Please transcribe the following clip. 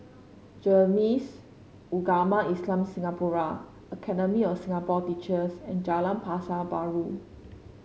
Ugama Islam Singapura Academy of Singapore Teachers and Jalan Pasar Baru